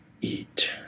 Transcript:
Eat